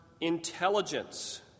intelligence